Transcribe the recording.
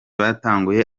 batanguye